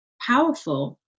powerful